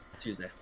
Tuesday